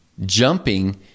jumping